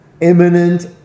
imminent